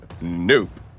nope